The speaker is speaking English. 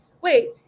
wait